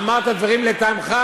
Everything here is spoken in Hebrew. אמרת דברים לטעמך,